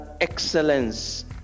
excellence